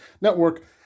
network